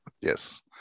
yes